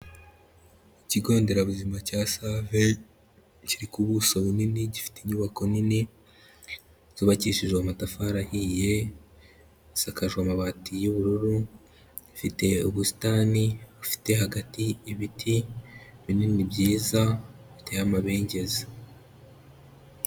Ikigo nderabuzima cya Save, kiri ku buso bunini gifite, inyubako nini zubakishijwe amatafari ahiye, isakajwe amabati y'ubururu, ifite ubusitani bufite hagati ibiti binini byiza biteye amabengeza.